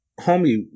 homie